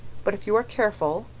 but if you are careful,